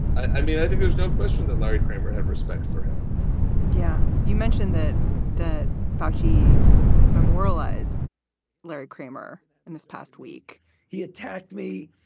i mean, i think there's no question that larry kramer had respect for him yeah. you mentioned that that foushee memorialized larry kramer in this past week he attacked me.